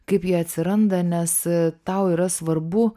kaip ji atsiranda nes tau yra svarbu